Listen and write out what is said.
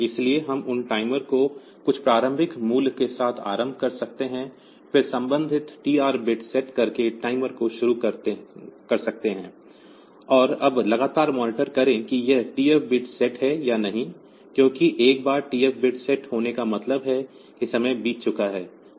इसलिए हम उन टाइमर को कुछ प्रारंभिक मूल्य के साथ आरंभ कर सकते हैं फिर संबंधित TR बिट सेट करके टाइमर को शुरू कर सकते हैं और अब लगातार मॉनिटर करें कि ये TF बिट सेट है या नहीं क्योंकि एक बार TF बिट सेट होने का मतलब है कि समय बीत चुका है